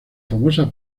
famosa